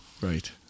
right